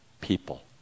people